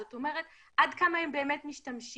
זאת אומרת, עד כמה הם באמת משתמשים